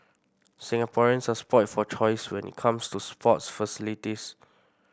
Singaporeans are spoilt for choice when it comes to sports facilities